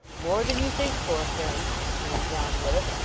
more than you think for, friend returned john willet.